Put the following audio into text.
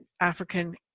African